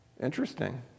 Interesting